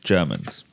Germans